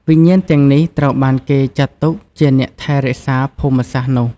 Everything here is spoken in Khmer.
វិញ្ញាណទាំងនេះត្រូវបានគេចាត់ទុកជាអ្នកថែរក្សាភូមិសាស្ត្រនោះ។